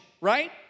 right